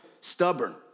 stubborn